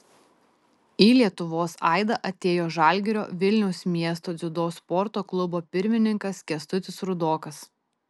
į lietuvos aidą atėjo žalgirio vilniaus miesto dziudo sporto klubo pirmininkas kęstutis rudokas